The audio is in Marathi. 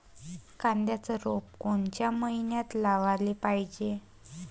कांद्याचं रोप कोनच्या मइन्यात लावाले पायजे?